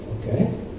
okay